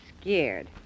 scared